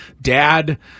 Dad